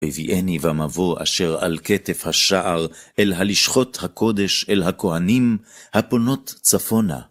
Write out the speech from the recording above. הביאני ומבוא אשר על כתף השער, אל הלשכות הקודש, אל הכהנים, הפונות צפונה.